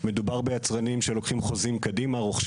יצרנים זמן להיערך עם חומרי הגלם שהזמינו,